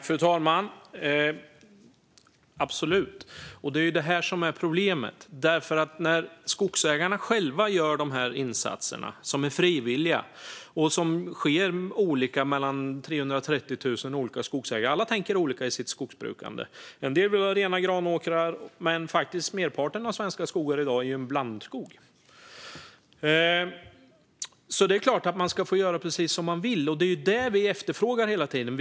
Fru talman! Absolut! Det är det här som är problemet. Skogsägarna gör själva de här insatserna som är frivilliga och sker olika mellan 330 000 olika skogsbrukare där alla tänker olika i sitt skogsbrukande. En del vill ha rena granåkrar. Men merparten av svenska skogar i dag är blandskog. Det är klart att de ska få göra precis som de vill. Det är vad vi efterfrågar hela tiden.